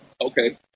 Okay